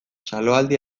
txaloaldi